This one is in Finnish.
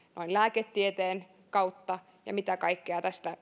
noin lääketieteen kautta ja mitä kaikkea tästä